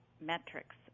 metrics